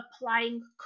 applying